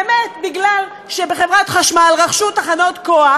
באמת מפני שבחברת חשמל רכשו תחנות כוח